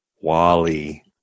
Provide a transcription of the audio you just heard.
Wally